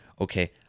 okay